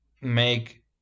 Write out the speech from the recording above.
make